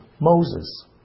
Moses